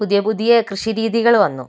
പുതിയ പുതിയ കൃഷിരീതികൾ വന്നു